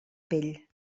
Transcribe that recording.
pell